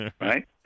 right